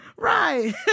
Right